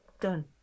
Done